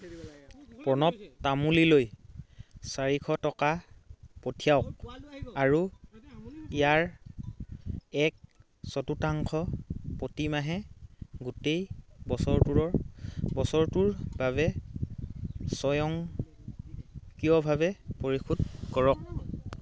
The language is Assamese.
প্ৰণৱ তামুলীলৈ চাৰিশ টকা পঠিয়াওক আৰু ইয়াৰ এক চতুৰ্থাংশ প্ৰতিমাহে গোটেই বছৰটোৰ বছৰটোৰ বাবে স্বয়ংক্ৰিয়ভাৱে পৰিশোধ কৰক